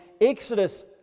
Exodus